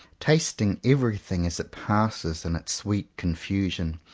tasting everything as it passes in its sweet confusion,